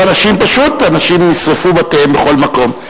פה, פשוט, אנשים, נשרפו בתיהם בכל מקום.